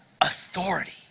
authority